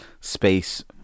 space